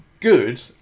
good